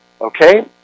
okay